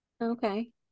Okay